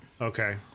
Okay